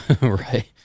Right